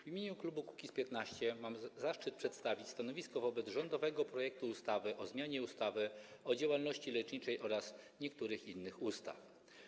W imieniu klubu Kukiz’15 mam zaszczyt przedstawić stanowisko wobec rządowego projektu ustawy o zmianie ustawy o działalności leczniczej oraz niektórych innych ustaw.